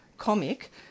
comic